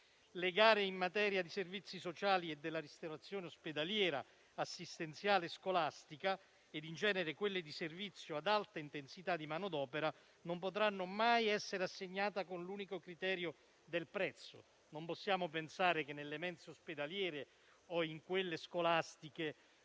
Le gare in materia di servizi sociali e della ristorazione ospedaliera, assistenziale e scolastica e, in genere, quelle di servizio ad alta intensità di manodopera non potranno mai essere assegnate con l'unico criterio del prezzo. Non possiamo pensare che nelle mense ospedaliere o in quelle scolastiche